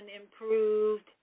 improved